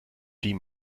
die